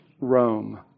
Rome